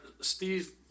Steve